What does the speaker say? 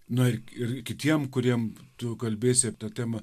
nu ir ir kitiem kuriem tu kalbėsi ta tema